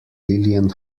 lillian